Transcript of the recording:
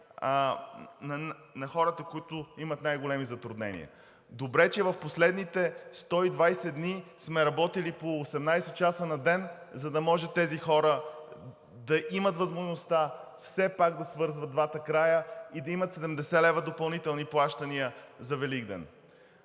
на хората, които имат най големи затруднения. Добре е, че в последните 120 дни сме работили по 18 часа на ден, за да може тези хора да имат възможността все пак да свързват двата края и да имат 70 лв. допълнителни плащания за Великден.